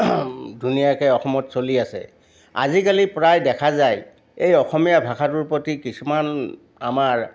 ধুনীয়াকৈ অসমত চলি আছে আজিকালি প্ৰায় দেখা যায় এই অসমীয়া ভাষাটোৰ প্ৰতি কিছুমান আমাৰ